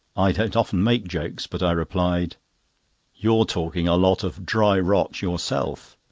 i don't often make jokes, but i replied you're talking a lot of dry rot yourself.